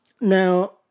Now